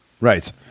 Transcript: right